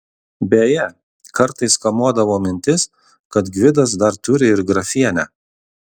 beje kartais kamuodavo mintis kad gvidas dar turi ir grafienę